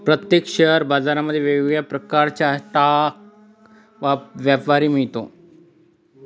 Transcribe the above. प्रत्येक शेअर बाजारांमध्ये वेगळ्या प्रकारचा स्टॉक व्यापारी मिळतो